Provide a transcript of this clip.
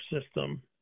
system